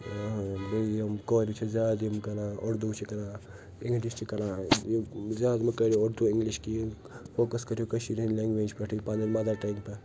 ٲں بیٚیہِ یِم کورِ چھِ زیادٕ یِم کران اردو چھِ کران انٛگلِش چھِ کران ٲں زیادٕ مہٕ کٔرِو اردو انٛگلش کہیٖنۍ ٲں فوکَس کٔرِو کشیٖرۍ ہنٛدۍ لنٛگویج پٮ۪ٹھٕے پنٕنۍ مدر ٹنٛگہِ پٮ۪ٹھ